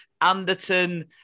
Anderton